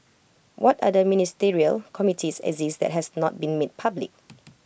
what other ministerial committees exist that has not been made public